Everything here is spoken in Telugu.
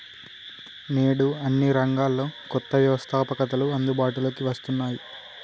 నేడు అన్ని రంగాల్లో కొత్త వ్యవస్తాపకతలు అందుబాటులోకి వస్తున్నాయి